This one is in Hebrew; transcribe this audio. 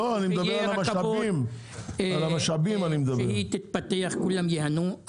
שהיא תתפתח כולם ייהנו,